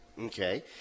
Okay